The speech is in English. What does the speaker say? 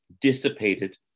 dissipated